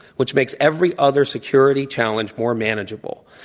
which makes every other security challenge more manageable.